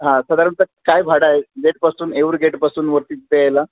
हां साधारणत काय भाडं आहे गेटपासून येऊर गेटपासून वरती तिथं यायला